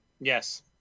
Yes